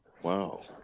Wow